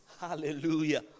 hallelujah